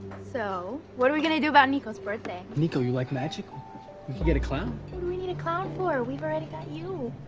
so, what are we going to do about nico's birthday? nico, you like magic? um we could get a clown. what do we need a clown for? we've already got you.